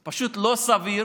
זה פשוט לא סביר